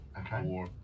Okay